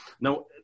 now